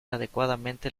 adecuadamente